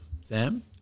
Sam